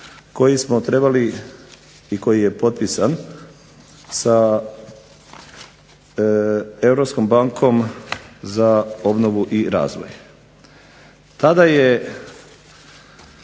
koji smo trebali i koji je potpisan sa Europskom bankom za obnovu i razvoj tada je